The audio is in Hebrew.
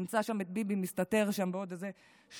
נמצא שם את ביבי מסתתר שם בעוד איזה שבוע,